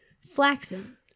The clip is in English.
Flaxen